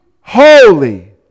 Holy